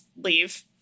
leave